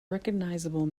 recognizable